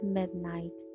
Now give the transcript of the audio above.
midnight